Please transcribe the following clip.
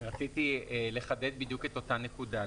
-- כי רציתי לחדד בדיוק את אותה נקודה.